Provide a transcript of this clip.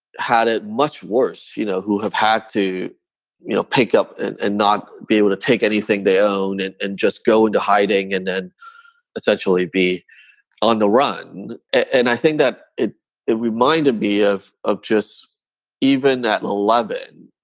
had it much worse, you know, who have had to you know pick up and not be able to take anything they own and and just go into hiding and then essentially be on the run. and i think that it it reminded me of of just even that eleven,